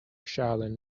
shaolin